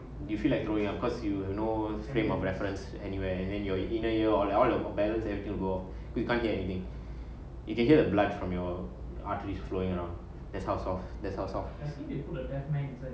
you feel like growing up because you have no frame of reference anywhere and then you are in a year or like all your balance you have to go we can't get anything you can hear obliged from your arteries flowing around as house of that's ourselves as it